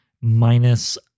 minus